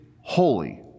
holy